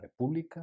República